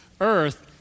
Earth